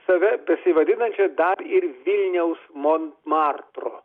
save besivadinančią dar ir vilniaus monmartru